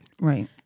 right